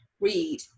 read